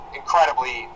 incredibly